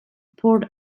port